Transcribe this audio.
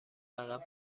عقب